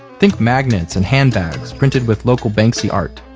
think magnets and handbags printed with local banksy art.